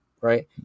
right